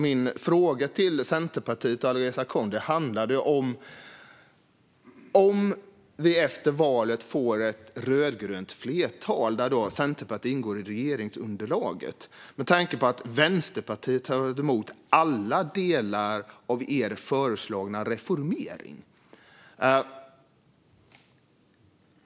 Min fråga till Centerpartiet och Alireza Akhondi handlade om hur det blir om vi efter valet får ett rödgrönt flertal där Centerpartiet ingår i regeringsunderlaget, med tanke på att Vänsterpartiet var emot alla delar av er föreslagna reformering.